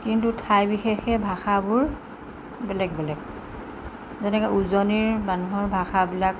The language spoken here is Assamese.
কিন্তু ঠাই বিশেষে ভাষাবোৰ বেলেগ বেলেগ যেনেকৈ উজনিৰ মানুহৰ ভাষাবিলাক